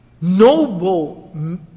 noble